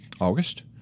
August